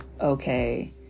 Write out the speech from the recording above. okay